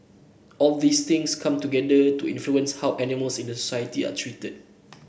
all these things come together to influence how animals in the society are treated